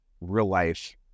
real-life